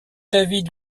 david